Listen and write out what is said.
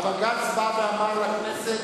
בג"ץ אמר לכנסת